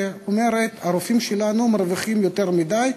שאומרת: הרופאים שלנו מרוויחים יותר מדי,